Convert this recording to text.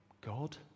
God